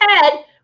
head